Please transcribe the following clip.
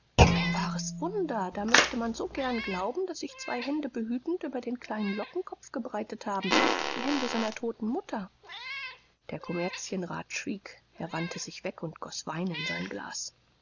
ein wahres wunder da möchte man so gern glauben daß sich zwei hände behütend über den kleinen lockenkopf gebreitet haben die hände seiner toten mutter der kommerzienrat schwieg er wandte sich weg und goß wein in sein glas